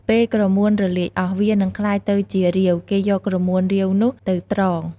ពេលក្រមួនរលាយអស់ វានឹងក្លាយទៅជារាវ គេយកក្រមួនរាវនោះទៅត្រង។